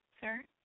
sir